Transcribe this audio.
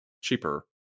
cheaper